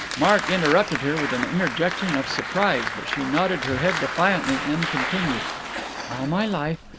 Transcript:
mark interrupted her with an interjection of surprise, but she nodded her head defiantly, and continued all my life,